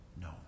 no